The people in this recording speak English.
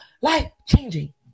life-changing